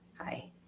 Hi